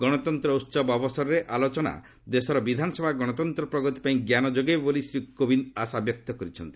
ଗଣତନ୍ତ୍ର ଉହବ ଅବସରରେ ଆଲୋଚନା ଦେଶର ବିଧାନସଭା ଗଣତନ୍ତ ପ୍ରଗତି ପାଇଁ ଜ୍ଞାନ ଯୋଗାଇବ ବୋଲି ଶ୍ରୀ କୋବିନ୍ଦ୍ ଆଶାବ୍ୟକ୍ତ କରିଛନ୍ତି